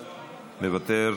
מוותר.